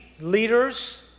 leaders